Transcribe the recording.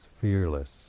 fearless